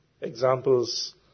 examples